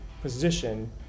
position